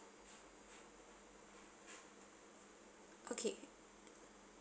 okay